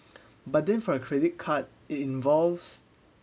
but then for a credit card it involves